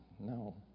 No